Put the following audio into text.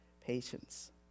patience